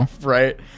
Right